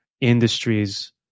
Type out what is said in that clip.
industries